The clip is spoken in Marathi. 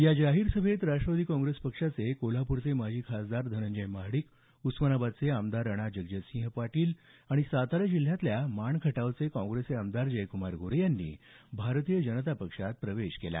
या जाहीर सभेत राष्ट्रवादी काँग्रेस पक्षाचे कोल्हापूरचे माजी खासदार धनंजय महाडिक उस्मानाबादचे आमदार राणा जगजीतसिंह पाटील आणि सातारा जिल्ह्यातल्या माण खटावचे काँग्रेसचे आमदार जयकुमार गोरे यांनी भारतीय जनता पक्षात प्रवेश केला